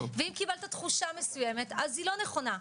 ואם קיבלת תחושה מסוימת, היא לא נכונה.